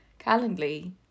Calendly